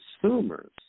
consumers